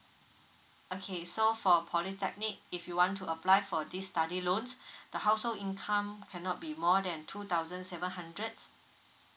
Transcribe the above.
okay so for polytechnic if you want to apply for this study loan the household income cannot be more than two thousand seven hundred